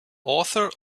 author